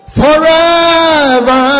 forever